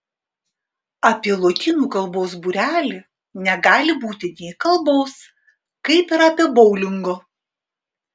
apie lotynų kalbos būrelį negali būti nė kalbos kaip ir apie boulingo